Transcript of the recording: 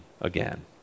again